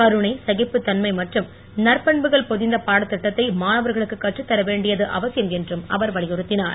கருணை சகிப்புத் தன்மை மற்றும் நற்பண்புகள் பொதிந்தப் பாடத்திட்டத்தை மாணவர்களுக்கு கற்று தர வேண்டியது அவசியம் என்றும் அவர் வலியுறுத்தினார்